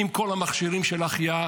עם כל המכשירים של ההחייאה.